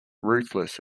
ruthless